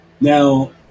Now